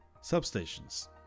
substations